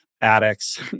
addicts